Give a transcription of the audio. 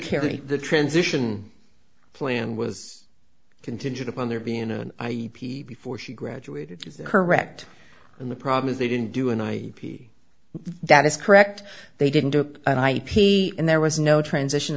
carry the transition plan was contingent upon their being before she graduated correct and the problem is they didn't do and i p that is correct they didn't do it and i p and there was no transition